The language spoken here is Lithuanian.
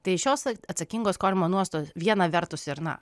tai šios atsakingo skolinimo nuostatų viena vertus ir na